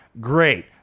great